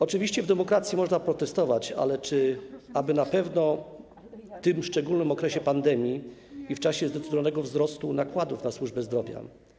Oczywiście w demokracji można protestować, ale czy aby na pewno w tym szczególnym okresie pandemii, kiedy widzimy zdecydowany wzrost nakładów na służbę zdrowia?